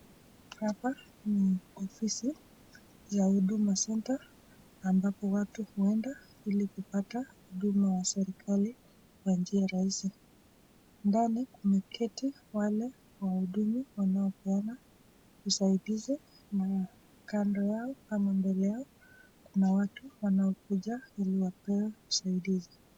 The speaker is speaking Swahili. Hapa ni ofisi ya huduma Centre ambapo watu huenda ili kupata huduma ya serikali kwa njia rahisi. Ndani umeketi wale wahudumu wa kupeana usaidizi. Kando yao ama mbele yao kuna watu wanaokuja ili wapewe usaidizi.